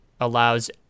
allows